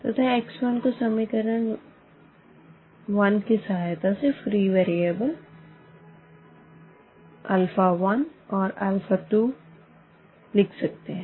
तथा x 1 को equation 1 की सहायता से फ्री वेरिएबल वेरिएबल अल्फा 1 और अल्फा 2 के लिख सकते है